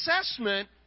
assessment